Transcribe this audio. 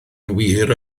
wir